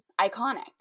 iconic